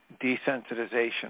desensitization